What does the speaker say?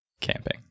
camping